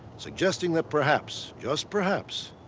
suggesting that perhaps, just perhaps,